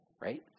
right